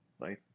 Right